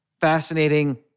fascinating